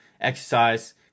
exercise